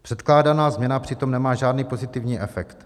Předkládaná změna přitom nemá žádný pozitivní efekt.